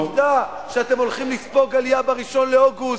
עובדה שאתם הולכים לספוג עלייה ב-1 באוגוסט,